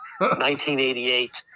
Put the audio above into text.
1988